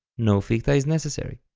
no ficta is necessary.